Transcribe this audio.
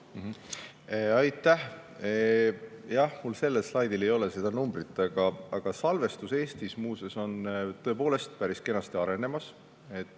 Jah, mul sellel slaidil ei ole seda numbrit, aga salvestus Eestis muuseas on tõepoolest päris kenasti arenemas.